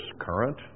current